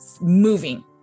moving